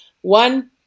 One